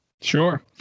Sure